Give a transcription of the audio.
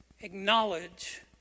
Acknowledge